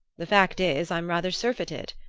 the fact is i'm rather surfeited,